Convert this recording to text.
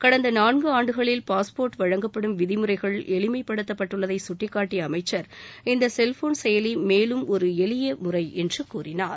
கடந்த நான்கு ஆண்டுகளில் பாஸ்போா்ட் வழங்கப்படும் விதிமுறைகள் எளிமைப்படுத்தப்பட்டுள்ளதை கட்டிக்காட்டிய அமைச்சர் இந்த செல்போன் செயலி மேலும் ஒரு எளிய முறை என்று கூறினார்